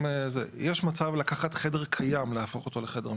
יש מצב לקחת חדר קיים, להפוך אותו לחדר מחוזק,